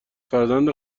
فرزند